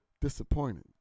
disappointed